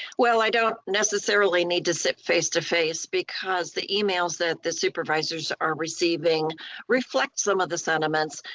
well, i don't necessarily need to sit face to face because the emails that the supervisors are receiving reflect some of the sentiments,